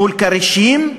מול כרישים,